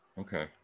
Okay